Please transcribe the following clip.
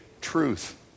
truth